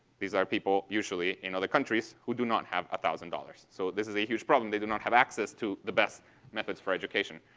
these are people, usually, in other countries, who do not have a thousand dollars. so this is a huge problem. they do not have access to the best methods for education.